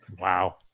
Wow